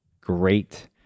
great